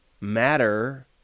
matter